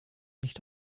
nicht